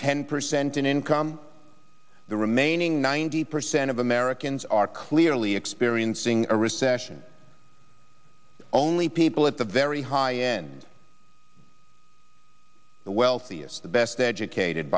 ten percent in income the remaining ninety percent of americans are clearly experiencing a recession only people at the very high end the wealthiest the best educated